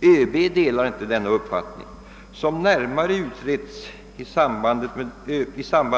ÖB delar inte denna uppfattning. Som närmare utretts i samband